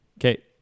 Okay